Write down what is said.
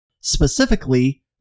specifically